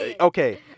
okay